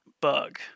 bug